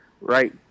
right